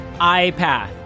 iPath